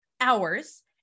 hours